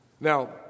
Now